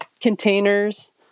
containers